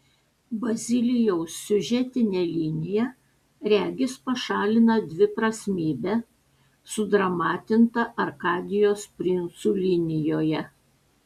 bazilijaus siužetinė linija regis pašalina dviprasmybę sudramatintą arkadijos princų linijoje